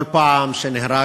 כל פעם שנהרג